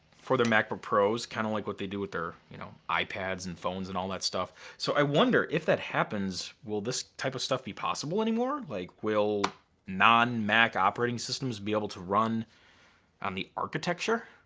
for their macbook pros, kinda like what they do with their you know ipads and phones and all that stuff. so i wonder, if that happens. will this type of stuff be possible anymore? like will non-mac operating systems be able to run on the architecture?